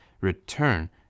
Return